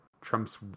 trump's